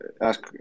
ask